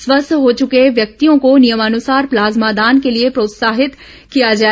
स्वस्थ हो चके व्यक्तियों को नियमानसार प्लाज्मा दान के लिए प्रोत्साहित किया जाए